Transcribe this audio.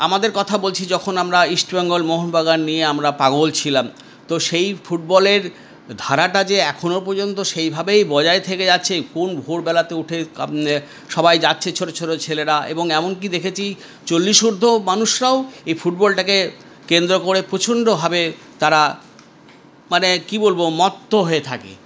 আমাদের কথা বলছি যখন আমরা ইস্টবেঙ্গল মোহনবাগান নিয়ে আমরা পাগল ছিলাম তো সেই ফুটবলের ধারাটা যে এখনো পর্যন্ত সেইভাবেই বজায় থেকে আছে কোন ভোরবেলাতে উঠে সবাই যাচ্ছে ছোটো ছোটো ছেলেরা এবং এমনকি দেখেছো চল্লিশ উর্দ্ধ মানুষরাও এই ফুটবলটাকে কেন্দ্র করে প্রচন্ডভাবে তারা মানে কি বলবো মত্ত হয়ে থাকে